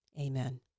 Amen